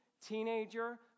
teenager